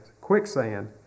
quicksand